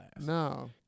No